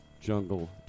jungle